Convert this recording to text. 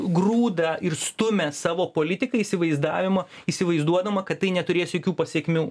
grūda ir stumia savo politiką įsivaizdavimą įsivaizduodama kad tai neturės jokių pasekmių